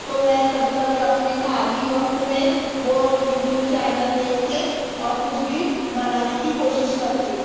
تو میں کبھی کبھی اپنے خالی وقت میں وہ یو ٹیوب چینل دیکھ کے اور کچھ بھی بنانے کی کوشش کرتی ہوں